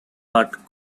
but